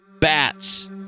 Bats